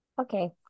okay